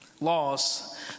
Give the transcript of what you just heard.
Laws